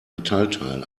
metallteil